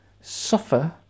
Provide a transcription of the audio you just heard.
suffer